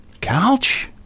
Couch